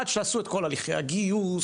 עד שיעשו את כל הליכי הגיוס,